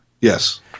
Yes